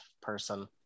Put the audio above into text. person